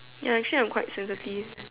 ya actually I'm quite sensitive